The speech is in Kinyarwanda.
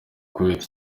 kuwait